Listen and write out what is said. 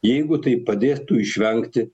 jeigu tai padėtų išvengti